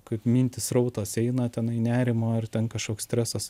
kaip mintys srautas eina tenai nerimo ir ten kažkoks stresas